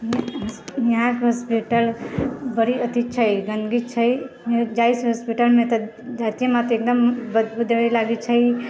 इहाँके हॉस्पिटल बड़ी अथि छै गन्दी छै जाइत छी हॉस्पिटलमे तऽ धरतीमे तऽ एकदम बदबू देबऽ लागैत छै